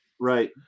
Right